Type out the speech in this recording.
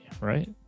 right